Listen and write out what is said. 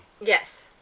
yes